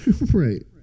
Right